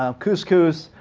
ah couscous,